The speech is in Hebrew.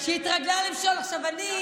אפשר שאלה?